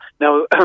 Now